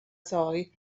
ddoe